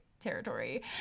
territory